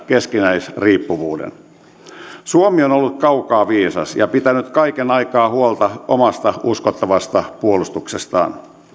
keskinäisriippuvuuden suomi on ollut kaukaa viisas ja pitänyt kaiken aikaa huolta omasta uskottavasta puolustuksestaan